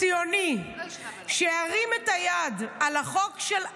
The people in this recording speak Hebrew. כל חבר כנסת ציוני שירים את היד לחוק של אייכלר,